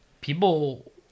people